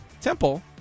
Temple